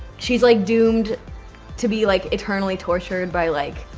she's like doomed to be like eternally tortured by like,